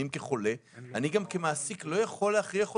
כחולה, אני כמעסיק לא יכול להכריח אותו,